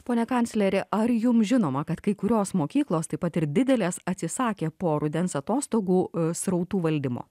pone kancleri ar jums žinoma kad kai kurios mokyklos taip pat ir didelės atsisakė po rudens atostogų srautų valdymo